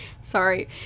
sorry